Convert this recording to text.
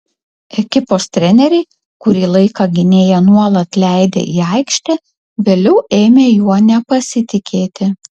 ekipos treneriai kurį laiką gynėją nuolat leidę į aikštę vėliau ėmė juo nepasitikėti